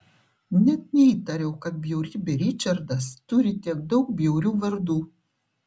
net neįtariau kad bjaurybė ričardas turi tiek daug bjaurių vardų